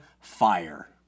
fire